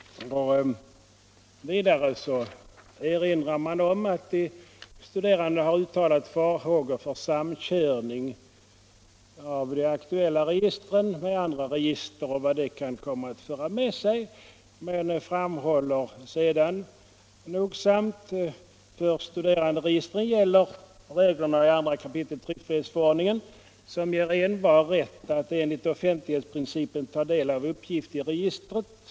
Vidare erinras om att de studerande har uttalat farhågor för samkörning av de aktuella registren med andra register med vad det kan komma att föra med sig. Datainspektionen framhåller sedan nogsamt att för studeranderegistren gäller reglerna i 2 kap. tryckfrihetsförordningen, som ger envar rätt att enligt offentlighetsprincipen ta del av uppgift i registret.